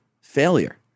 failure